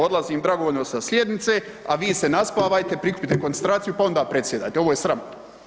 Odlazim dragovoljno sa sjednice, a vi se naspavajte, prikupite koncentraciju pa onda predsjedajte, ovo je sramotno.